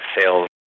sales